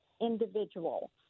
Individual